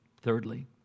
thirdly